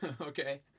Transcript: Okay